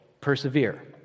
persevere